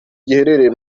giherereye